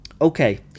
Okay